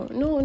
no